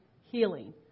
healing